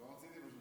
שעה.